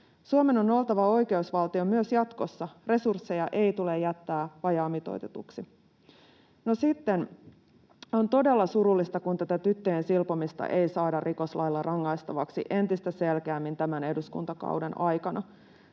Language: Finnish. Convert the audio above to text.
Suomen on oltava oikeusvaltio myös jatkossa, resursseja ei tule jättää vajaamitoitetuiksi. No, sitten on todella surullista, kun tätä tyttöjen silpomista ei saada rikoslailla entistä selkeämmin rangaistavaksi tämän eduskuntakauden aikana.